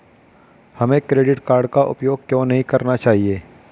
हमें credit card का उपयोग क्यों नहीं करना चाहिए?